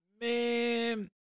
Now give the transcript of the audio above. man